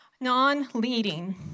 non-leading